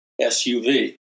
SUV